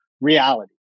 reality